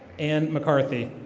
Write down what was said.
anne maccarthy.